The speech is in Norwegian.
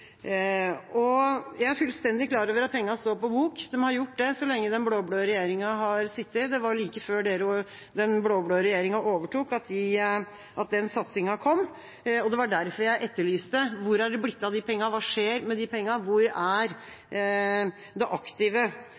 Jeg er fullstendig klar over at pengene står på bok. De har gjort det så lenge den blå-blå regjeringa har sittet. Det var jo like før den blå-blå regjeringa overtok at den satsinga kom, og det var derfor jeg etterlyste: Hvor har det blitt av de pengene? Hva skjer med de pengene? Hvor er den aktive